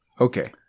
Okay